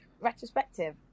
retrospective